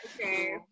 okay